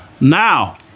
Now